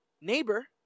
neighbor